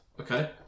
Okay